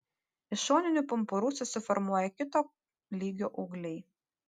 iš šoninių pumpurų susiformuoja kito lygio ūgliai